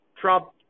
Trump